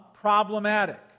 problematic